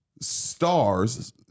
stars